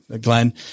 Glenn